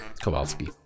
Kowalski